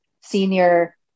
senior